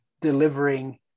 delivering